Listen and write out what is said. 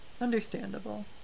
Understandable